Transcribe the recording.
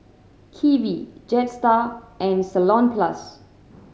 Kiwi Jetstar and Salonpas